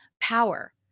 power